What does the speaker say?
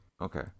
okay